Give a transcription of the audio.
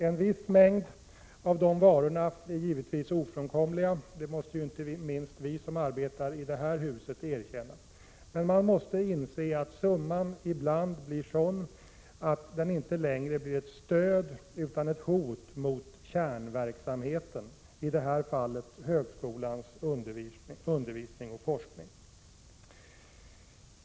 En viss mängd av de varorna är givetvis ofrånkomlig — det måste inte minst vi som arbetar i detta hus erkänna. Men man måste också inse att summan ibland blir sådan att den inte längre utgör ett stöd utan ett hot mot kärnverksamheten, i det här fallet högskolans undervisning och forskning.